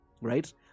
right